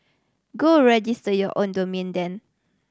go register your own domain then